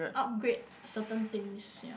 upgrade certain things ya